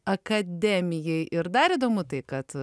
akademijai ir dar įdomu tai kad